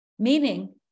Meaning